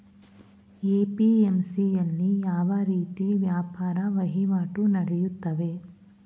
APMC ಯಲ್ಲಿ ಯಾವ ರೀತಿ ವ್ಯಾಪಾರ ವಹಿವಾಟು ನೆಡೆಯುತ್ತದೆ?